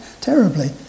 terribly